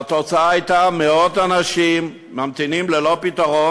והתוצאה הייתה מאות אנשים שממתינים ללא פתרון,